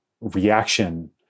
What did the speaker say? reaction